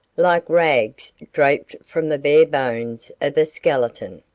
like rags draped from the bare bones of a skeleton.